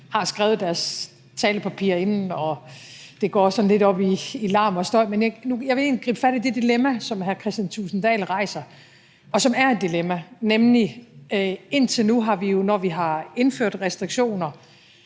har skrevet deres talepapirer inden og det sådan går lidt op i larm og støj, men jeg vil egentlig gribe fat i det dilemma, som hr. Kristian Thulesen Dahl rejser, og som er et dilemma. Indtil nu, når vi har indført restriktioner